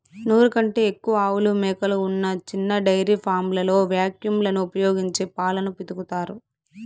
నూరు కంటే ఎక్కువ ఆవులు, మేకలు ఉన్న చిన్న డెయిరీ ఫామ్లలో వాక్యూమ్ లను ఉపయోగించి పాలను పితుకుతారు